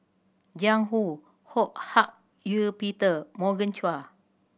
Jiang Hu Ho Hak Ean Peter Morgan Chua